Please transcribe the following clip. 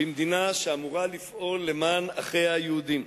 במדינה שאמורה לפעול למען אחיה היהודים,